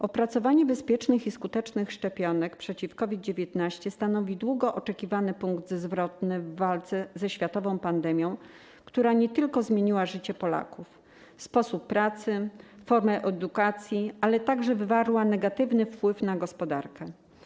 Opracowanie bezpiecznych i skutecznych szczepionek przeciw COVID-19 stanowi długo oczekiwany punkt zwrotny w walce ze światową pandemią, która nie tylko zmieniła życie Polaków, sposób pracy, formę edukacji, ale także wywarła negatywny wpływ na gospodarkę.